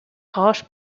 harsh